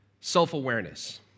self-awareness